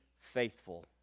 faithful